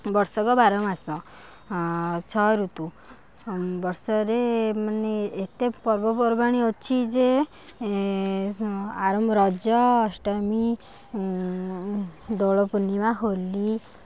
ବର୍ଷକ ବାର ମାସ ଆଁ ଛ ଋତୁ ବର୍ଷରେ ମାନେ ଏତେ ପର୍ବ ପର୍ବାଣି ଅଛି ଯେ ସେ ଆରମ୍ଭ ରଜ ଅଷ୍ଟମୀ ଦୋଳପୂର୍ଣ୍ଣିମା ହୋଲି